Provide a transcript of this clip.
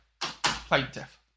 plaintiff